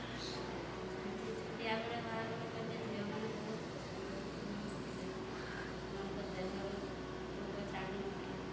ଆଉ ସେମିତି ଛୋଟିଆ ବେଳେ ବାହାଘର କଲେ ଝିଅମାନେ ବହୁତ୍ ଅସମ୍ମୁଖୀନ ହେଉଥିଲେ ସେମାନଙ୍କ ଦେହରୁ ରୋଗ ଛାଡ଼ୁ ନ ଥିଲା